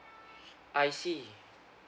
I see